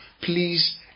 Please